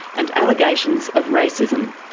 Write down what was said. and allegations of racism.